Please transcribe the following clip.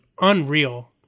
unreal